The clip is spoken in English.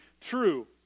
true